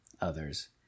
others